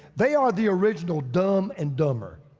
they are the original dumb and dumber.